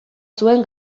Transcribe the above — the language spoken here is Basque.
zuen